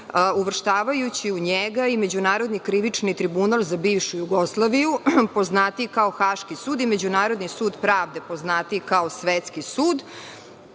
uvrštavajući u njega i Međunarodni krivični tribunal za bivšu Jugoslaviju, poznatiji kao Haški sud, i Međunarodni sud pravde, poznatiji kao Svetski sud,